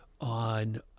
on